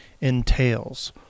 entails